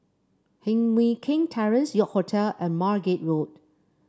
Heng Mui Keng Terrace York Hotel and Margate Road